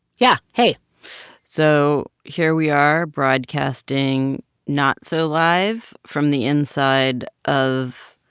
yeah. hey so here we are broadcasting not so live from the inside of